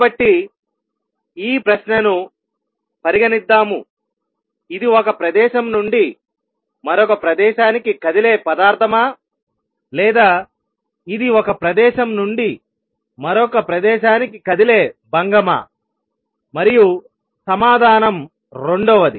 కాబట్టి ఈ ప్రశ్నను పరిగణిద్దాము ఇది ఒక ప్రదేశం నుండి మరొక ప్రదేశానికి కదిలే పదార్థమా లేదా ఇది ఒక ప్రదేశం నుండి మరొక ప్రదేశానికి కదిలే భంగమా మరియు సమాధానం రెండవది